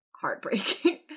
heartbreaking